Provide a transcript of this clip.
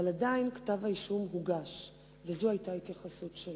אבל עדיין כתב האישום הוגש וזו היתה ההתייחסות שלי.